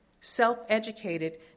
Self-educated